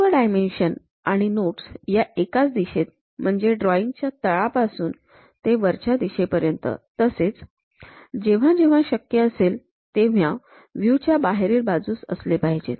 सर्व डायमेन्शन्स आणि नोट्स या एकाच दिशेत म्हणजे ड्रॉईंग च्या तळापासून ते वरच्या दिशेपर्यंत तसेच जेव्हा जेव्हा शक्य असेल तेव्हा व्ह्यू च्या बाहेरील बाजूस असले पाहिजेत